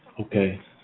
Okay